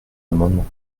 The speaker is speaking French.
amendement